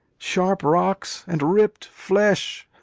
sharp rocks, and rippled flesh,